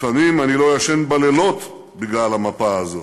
לפעמים אני לא ישן בלילות בגלל המפה הזאת,